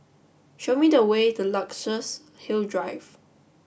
show me the way to Luxus Hill Drive